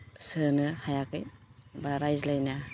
सोनो हायाखै बा रायज्लायनो